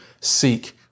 seek